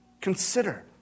Consider